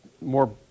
more